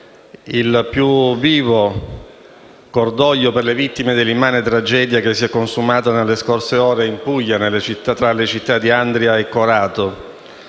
il più vivo cordoglio per le vittime dell'immane tragedia che si è consumata nelle scorse ore in Puglia tra le città di Andria e Corato,